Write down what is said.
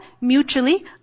mutually